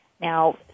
Now